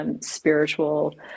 spiritual